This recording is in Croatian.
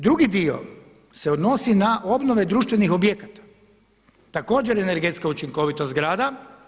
Drugi dio se odnosi na obnove društvenih objekata, također energetska učinkovitost zgrada.